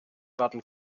werden